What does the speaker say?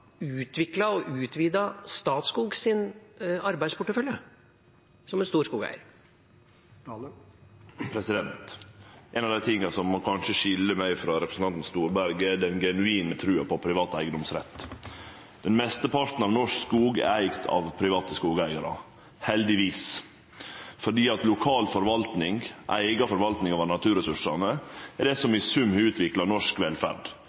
og utvidet Statskogs arbeidsportefølje, som en stor skogeier? Ein av dei tinga som kanskje skil meg frå representanten Storberget, er den genuine trua på privat eigedomsrett. Mesteparten av norsk skog er eigd av private skogeigarar, heldigvis, for lokal forvaltning, eiga forvaltning av naturressursane, er det som i sum har utvikla norsk velferd.